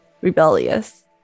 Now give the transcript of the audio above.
rebellious